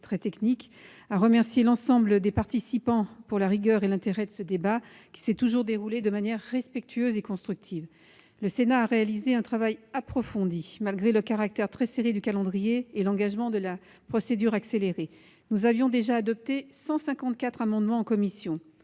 nos remerciements à l'ensemble des participants pour la rigueur et l'intérêt de ce débat, qui s'est toujours déroulé de manière respectueuse et constructive. Le Sénat a réalisé un travail approfondi, malgré le caractère très serré du calendrier et l'engagement de la procédure accélérée. Nous avions déjà adopté 154 amendements en commission.